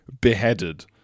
beheaded